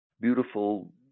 beautiful